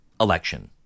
election